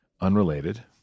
unrelated